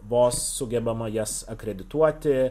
vos sugebama jas akredituoti